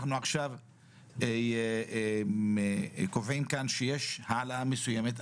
אנחנו קובעים עכשיו שיש העלאה מסוימת.